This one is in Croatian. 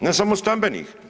Ne samo stambenih.